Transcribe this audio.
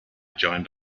joined